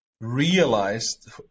realized